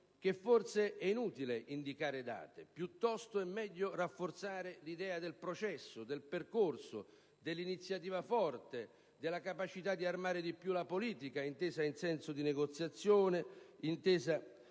che forse è inutile indicare date; piuttosto è meglio rafforzare l'idea del processo, del percorso, dell'iniziativa forte, della capacità di armare di più la politica intesa come negoziazione e